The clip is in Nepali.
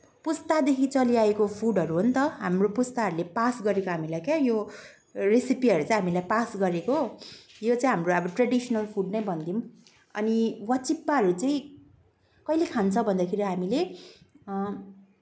पुस्तादेखि चलिआएको फुडहरू हो नि त हाम्रो पुस्ताहरूले पास गरेको हामीलाई के यो रेसिपीहरू चाहिँ हामीलाई पास गरेको यो चाहिँ हाम्रो अब ट्रेडेसनल फुड नै भनिदिउँ अनि वाचिप्पाहरू चाहिँ कहिले खान्छौँ भन्दाखेरि चाहिँ हामीले